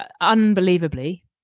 unbelievably